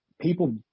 people